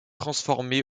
transformé